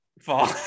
Fall